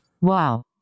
Wow